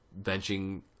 benching